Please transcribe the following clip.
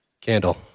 Candle